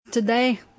Today